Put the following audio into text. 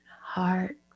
heart